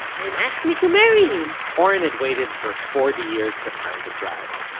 and ask me to marry him oren had waited for forty years to find a bride,